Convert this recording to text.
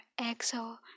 Exo